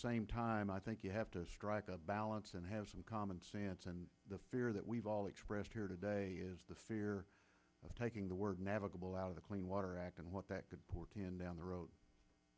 same time i think you have to strike a balance and have some common sense and the fear that we've all expressed here today is the fear of taking the word navigable out of the clean water act and what that could portend down the road